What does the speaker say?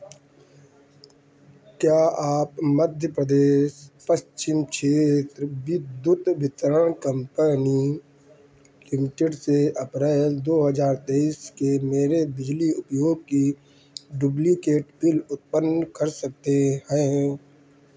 क्या आप मध्यप्रदेश पश्चिम क्षेत्र विद्युत वितरण कंपनी लिमिटेड से अप्रैल दो हज़ार तेईस के मेरे बिजली उपयोग की डुप्लिकेट बिल उत्पन्न कर सकते हैं